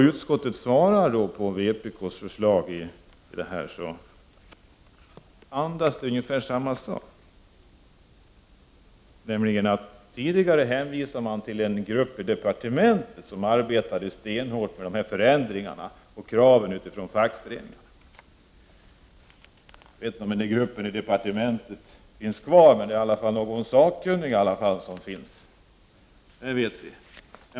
Utskottets svar på vpk:s förslag i de här frågorna är skrivet i ungefär samma anda. Tidigare hänvisade man till en grupp i departementet som arbetade stenhårt med de här förändringarna och kraven från fackföreningarna. Jag vet inte om den gruppen i departementet finns kvar, men där finns i varje fall någon sakkunnig — det vet vi.